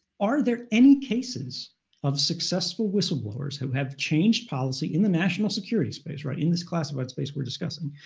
are there any cases of successful whistleblowers who have changed policy in the national security space, right, in this classified space we're discussing,